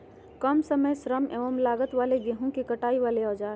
काम समय श्रम एवं लागत वाले गेहूं के कटाई वाले औजार?